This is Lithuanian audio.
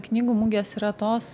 knygų mugės yra tos